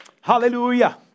Hallelujah